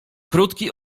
krótki